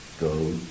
Go